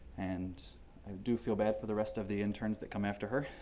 and i do feel bad for the rest of the interns that come after her.